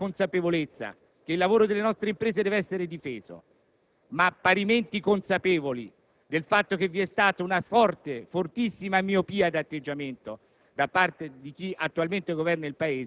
Quindi, forti della consapevolezza che il ruolo delle imprese italiane deve essere difeso, ma parimenti consapevoli del fatto che vi è stata una fortissima miopia di atteggiamento